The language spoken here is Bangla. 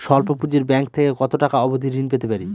স্বল্প পুঁজির ব্যাংক থেকে কত টাকা অবধি ঋণ পেতে পারি?